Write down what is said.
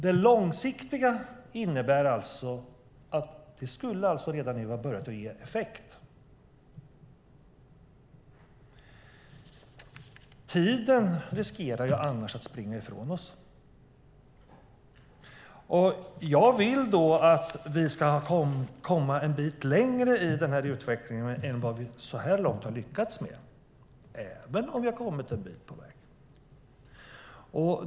Det långsiktiga innebär att det redan nu skulle ha börjat ge effekt, annars riskerar vi att tiden springer ifrån oss. Jag vill att vi ska komma en bit längre i denna utveckling än vad vi så här långt har lyckats med, även om vi har kommit en bit på vägen.